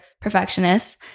perfectionists